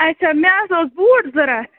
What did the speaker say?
اَچھا مےٚ حظ اوس بوٗٹ ضروٗرت